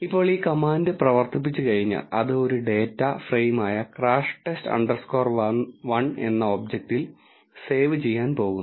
ഇപ്പോൾ ഈ കമാൻഡ് പ്രവർത്തിപ്പിച്ചുകഴിഞ്ഞാൽ അത് ഒരു ഡാറ്റ ഫ്രെയിമായ ക്രാഷ് ടെസ്റ്റ് അണ്ടർസ്കോർ 1 എന്ന ഒബ്ജക്റ്റിൽ സേവ് ചെയ്യാൻ പോകുന്നു